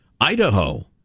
Idaho